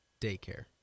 daycare